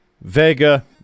Vega